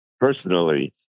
Personally